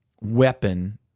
weapon